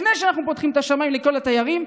לפני שאנחנו פותחים את השמיים לכל התיירים,